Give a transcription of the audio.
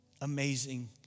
amazing